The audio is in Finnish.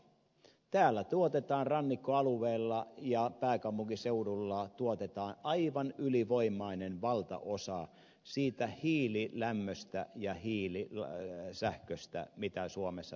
täällä rannikkoalueella ja pääkaupunkiseudulla tuotetaan aivan ylivoimainen valtaosa siitä hiililämmöstä ja hiilisähköstä mitä suomessa tuotetaan